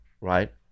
Right